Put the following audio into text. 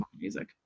music